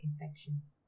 infections